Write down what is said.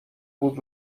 بود